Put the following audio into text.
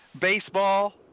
baseball